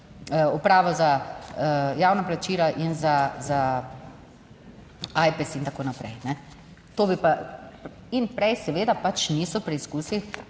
Upravo za javna plačila in za, AJPES in tako naprej. To bi pa in prej seveda pač niso preizkusili